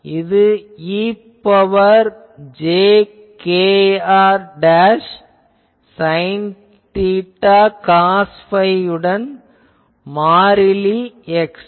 இது e ன் power j kx sine theta cos phi உடன் மாறிலி x